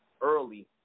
early